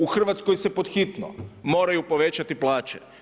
U Hrvatskoj se pod hitno moraju povećati plaće.